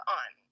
on